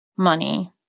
money